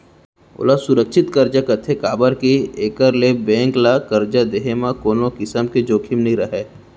ओला सुरक्छित करजा कथें काबर के एकर ले बेंक ल करजा देहे म कोनों किसम के जोखिम नइ रहय